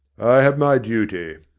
i have my duty